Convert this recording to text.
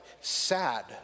sad